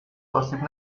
آسیب